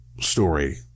story